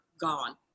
gone